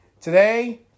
Today